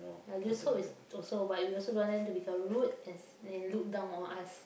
I'll just hope is also but we also don't want them to become rude and and look down on us